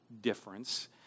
difference